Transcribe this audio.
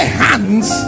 hands